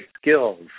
skills